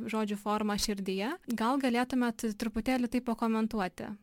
žodžio formą širdyje gal galėtumėt truputėlį tai pakomentuoti